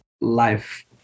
life